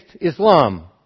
Islam